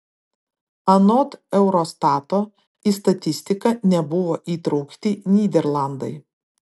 anot eurostato į statistiką nebuvo įtraukti nyderlandai